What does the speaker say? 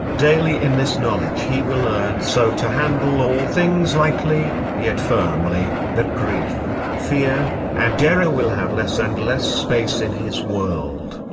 daily in this knowledge he will learn so to handle all things lightly, yet firmly, that grief, fear, and error will have less and less space in his world,